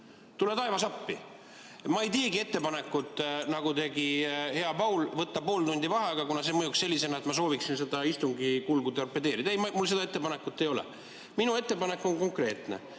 Tule taevas appi! Ma ei teegi ettepanekut, nagu tegi hea Paul, võtta pool tundi vaheaega, kuna see mõjuks sellisena, et ma sooviksin seda istungi kulgu torpedeerida. Ei, mul seda ettepanekut ei ole. Minu ettepanek on konkreetne.